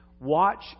Watch